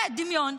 דמיון,